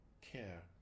care